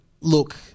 look